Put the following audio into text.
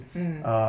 mm